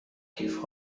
کیف